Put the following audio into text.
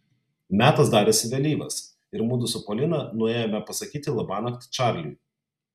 metas darėsi vėlyvas ir mudu su polina nuėjome pasakyti labanakt čarliui